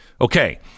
Okay